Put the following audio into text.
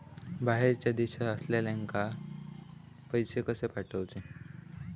बाहेरच्या देशात असलेल्याक पैसे कसे पाठवचे?